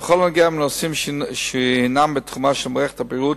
בכל הנושאים שהינם בתחומה של מערכת הבריאות